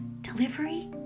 Delivery